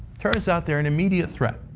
turns out they're an immediate threat.